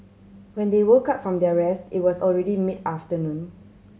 when they woke up from their rest it was already mid afternoon